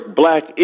black